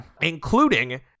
including